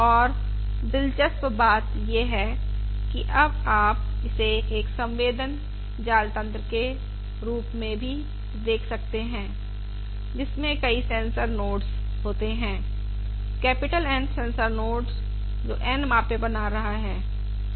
और दिलचस्प बात यह है कि अब आप इसे एक संवेदन जाल तन्त्र के रूप में भी देख सकते हैं जिसमें कई सेंसर नोड्स होते हैं कैपिटल N सेंसर नोड्स जो N मापे बना रहे हैं ठीक है